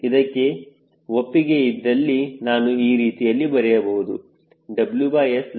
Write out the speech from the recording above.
ಇದಕ್ಕೆ ಒಪ್ಪಿಗೆ ಇದ್ದಲ್ಲಿ ನಾನು ಈ ರೀತಿಯಲ್ಲಿ ಬರೆಯಬಹುದು WSlandCLmax0VA1